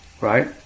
right